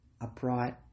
upright